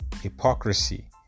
hypocrisy